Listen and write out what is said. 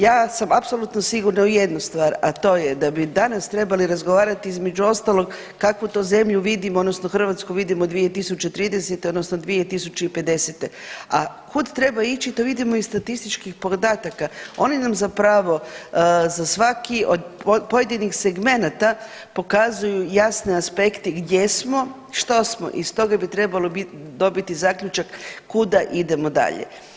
Ja sam apsolutno sigurna u jednu stvar, a to je da bi danas trebali razgovarati, između ostalog kakvu to zemlju vidimo odnosno Hrvatsku vidimo 2030., odnosno 2050., a kud treba ići, to vidimo iz statističkih podataka, oni nam zapravo za svaki pojedini segmenata pokazuju jasne aspekte gdje smo, što smo i iz toga bi trebalo dobiti zaključak kuda idemo dalje.